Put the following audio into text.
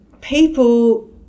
people